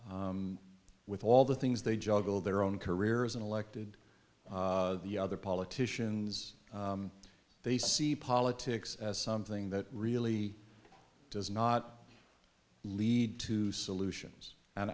with all the things they juggle their own careers and elected the other politicians they see politics as something that really does not lead to solutions